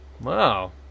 Wow